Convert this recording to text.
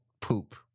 poop